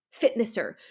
fitnesser